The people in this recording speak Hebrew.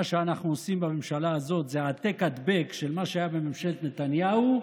מה שאנחנו עושים בממשלה הזאת זה העתק-הדבק של מה שהיה בממשלת נתניהו,